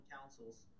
counsels